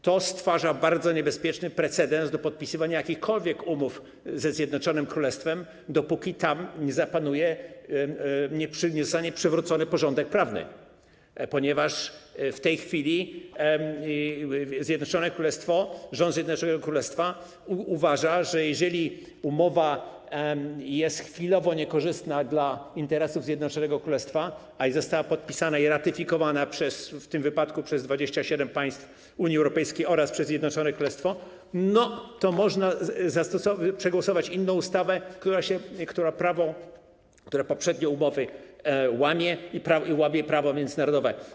To stwarza bardzo niebezpieczny precedens, jeśli chodzi o podpisywanie jakichkolwiek umów ze Zjednoczonym Królestwem, dopóki tam nie zapanuje, nie zostanie przywrócony porządek prawny, ponieważ w tej chwili Zjednoczone Królestwo, rząd Zjednoczonego Królestwa uważa, że jeżeli umowa jest chwilowo niekorzystna dla interesów Zjednoczonego Królestwa, a została podpisana i ratyfikowana, w tym wypadku przez 27 państw Unii Europejskiej oraz przez Zjednoczone Królestwo, to można przegłosować inną, która łamie poprzednie umowy i łamie prawo międzynarodowe.